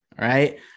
right